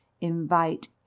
invite